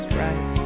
right